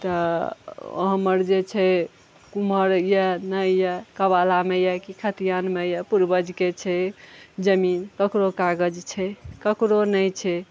तऽ हमर जे छै कुमहर अछि नहि अछि केबालामे अछि कि खतियानमे अछि पूर्वजके छै जमीन ककरो कागज छै ककरो नहि छै